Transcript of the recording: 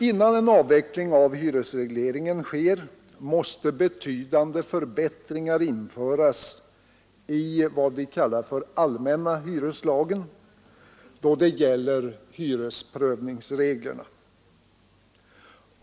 Innan en avveckling av hyresregleringen sker måste betydande förbättringar införas i vad vi kallar allmänna hyreslagen då det gäller hyresprövningsreglerna.